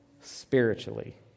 spiritually